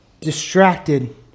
distracted